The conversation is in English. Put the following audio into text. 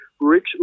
Rich